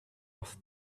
off